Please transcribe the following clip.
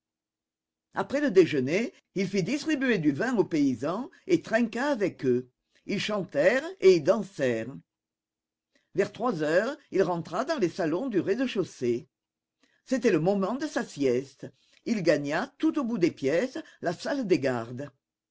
après le déjeuner il fit distribuer du vin aux paysans et trinqua avec eux ils chantèrent et ils dansèrent vers trois heures il rentra dans les salons du rez-de-chaussée c'était le moment de sa sieste il gagna tout au bout des pièces la salle des gardes